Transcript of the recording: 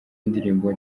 indirimbo